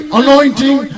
anointing